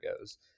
goes